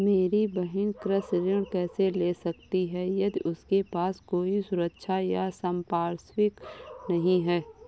मेरी बहिन कृषि ऋण कैसे ले सकती है यदि उसके पास कोई सुरक्षा या संपार्श्विक नहीं है?